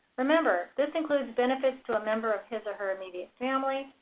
remember, this includes benefits to a member of his her immediate family,